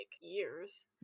years